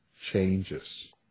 changes